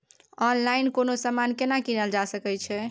Online कोनो समान केना कीनल जा सकै छै?